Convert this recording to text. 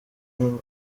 byo